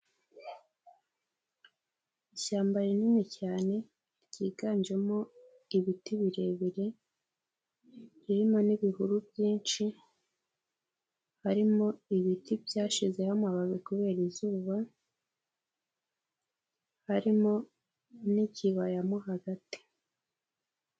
Ishyamba rinini cyane ryiganjemo ibiti birebire, ririmo n'ibihuru byinshi harimo ibiti byashizeho amababi kubera izuba, harimo n'ikibaya mo hagati.